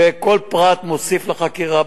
וכל פרט מוסיף לחקירה.